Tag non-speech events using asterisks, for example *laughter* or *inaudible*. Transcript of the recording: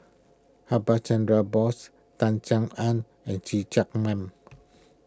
*unintelligible* Chandra Bose Tan Sin Aun and See Chak Mun